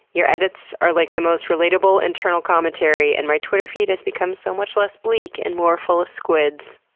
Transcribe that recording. your edits are like the most relatable internal commentary and my twitter feed has become so much less bleak and more full of squids.